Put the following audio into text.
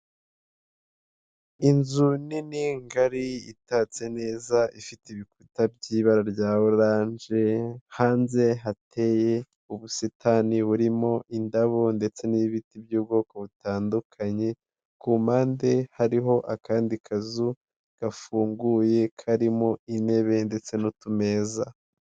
Inzu nini ngari itatse neza ifite ibikuta by'ibara rya orange hanze hateye ubusitani burimo indabo ndetse n'ibiti by'ubwoko butandukanye ku mpande hariho akandi kazu gafunguye karimo intebe ndetse n'utumeza.